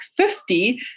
50